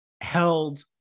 held